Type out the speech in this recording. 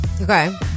Okay